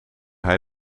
hij